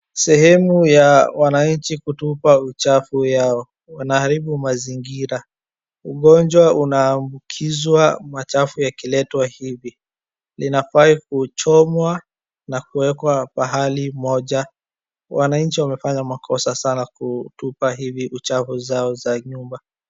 Sehemu ya wanaanchi kutupa uchafu yao , wanaharibu mazingira ugonjwa unaambukizwa machafu yakiletwa hivi linafaa kuchomwa na kuwekwa pahali moja wananchi wamefanya makosa sana kutupa hivi uchafu zao za nyumba.